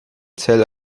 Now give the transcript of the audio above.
zell